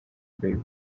bieber